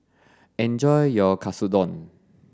enjoy your Katsudon